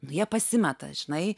nu jie pasimeta žinai